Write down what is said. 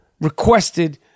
requested